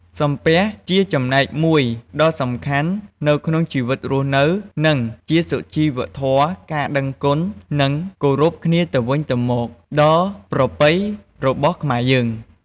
សំពះជាចំណែកមួយដ៏សំខាន់ នៅក្នុងជីវិតរស់នៅ និងជាសុជីវធម៌ ការដឹងគុណ និងគោរពគ្នាទៅវិញទៅមក ដ៏ប្រពៃរបស់ខ្មែរយើង។